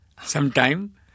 sometime